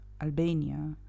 Albania